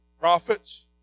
prophets